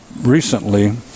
recently